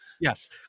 Yes